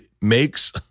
makes